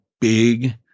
big